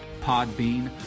Podbean